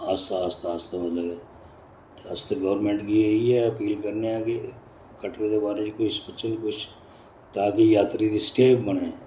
आस्ता आस्ता आस्ता आस्ता मतलब अस ते गौरमैंट गी इ'यै अपील करने आं के कटरे दे बारे च कुछ सोचे कुछ ताकि जात्तरी दी स्टे बनै